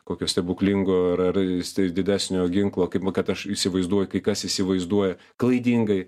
kokio stebuklingo ra ra este didesnio ginklo kaip kad va aš įsivaizduoju kai kas įsivaizduoja klaidingai